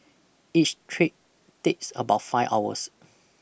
each trip takes about five hours